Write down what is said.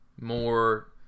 more